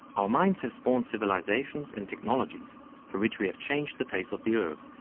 our minds have spawned civilizations and technologies through which we have changed the face of the earth,